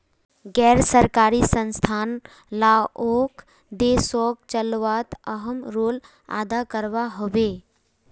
गैर सरकारी संस्थान लाओक देशोक चलवात अहम् रोले अदा करवा होबे